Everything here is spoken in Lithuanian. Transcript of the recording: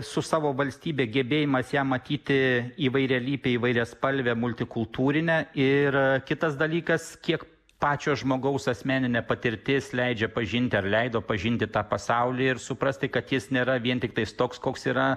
su savo valstybe gebėjimas ją matyti įvairialypę įvairiaspalvę multikultūrinę ir kitas dalykas kiek pačio žmogaus asmeninė patirtis leidžia pažinti ar leido pažinti tą pasaulį ir suprasti kad jis nėra vien tiktais toks koks yra